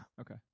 Okay